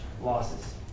losses